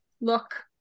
look